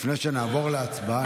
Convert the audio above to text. לפני שנעבור להצבעה,